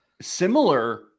similar